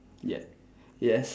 yeah yes